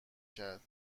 کردم